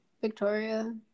Victoria